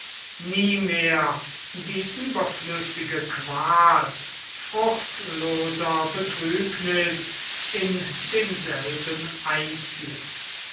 nie mehr die überflüssige qual fruchtloser betrübniß in demselben einziehen